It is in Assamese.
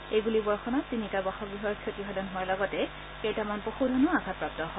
এই গুলীবৰ্ষণত তিনিটা বাসগৃহৰ ক্ষতিসাধন হোৱাৰ লগতে কেইটামান পশুধনো আঘাতপ্ৰাপ্ত হয়